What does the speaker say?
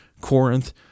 Corinth